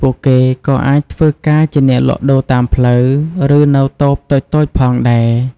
ពួកគេក៏អាចធ្វើការជាអ្នកលក់ដូរតាមផ្លូវ ឬនៅតូបតូចៗផងដែរ។